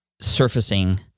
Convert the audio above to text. surfacing